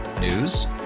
News